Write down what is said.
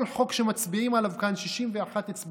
כל חוק שמצביעות עליו כאן 61 אצבעות,